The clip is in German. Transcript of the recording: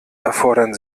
erfordern